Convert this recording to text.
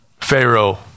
Pharaoh